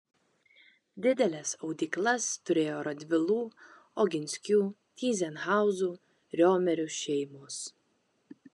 dideles audyklas turėjo radvilų oginskių tyzenhauzų riomerių šeimos